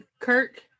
Kirk